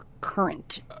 current